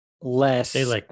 less